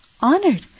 honored